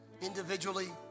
individually